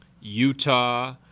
utah